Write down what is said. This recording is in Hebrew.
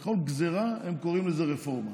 לכל גזרה, הם קוראים רפורמה.